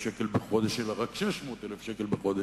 בחודש, אלא רק 600,000 בחודש,